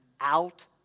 out